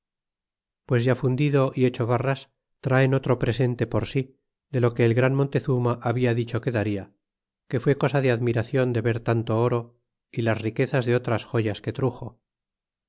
pues ya fundido y hecho barras traen otro presente por si de lo que el gran montezurna habia dicho que daria que fué cosa de admiracion ver tanto oro y las riquezas de otras joyas que